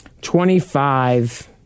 twenty-five